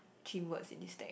chim words in this stack